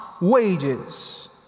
wages